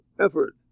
effort